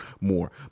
more